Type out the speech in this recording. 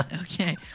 okay